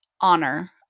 honor